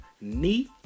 knee